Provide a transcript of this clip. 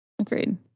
agreed